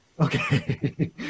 Okay